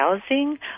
housing